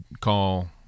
call